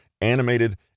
animated